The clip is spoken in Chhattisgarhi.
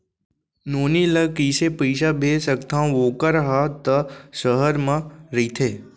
नोनी ल कइसे पइसा भेज सकथव वोकर हा त सहर म रइथे?